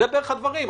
אלה בערך הדברים.